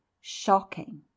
shocking